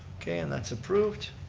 okay, and that's approved.